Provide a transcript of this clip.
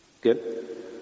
Good